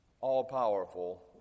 all-powerful